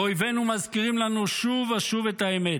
ואויבינו מזכירים לנו שוב ושוב את האמת.